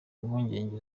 impungenge